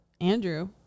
Andrew